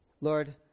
Lord